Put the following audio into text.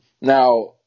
Now